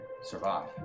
survive